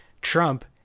Trump